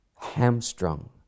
hamstrung